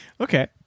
Okay